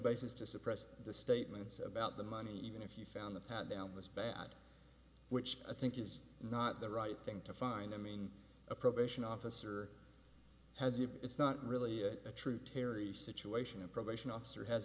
basis to suppress the statements about the money even if you found the pat down was bad which i think is not the right thing to find i mean a probation officer has it's not really a true terry situation a probation officer has